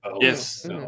Yes